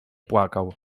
płakał